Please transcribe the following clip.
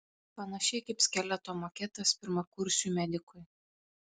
panašiai kaip skeleto maketas pirmakursiui medikui